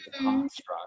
construct